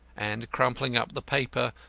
and crumpling up the paper,